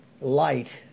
light